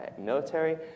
military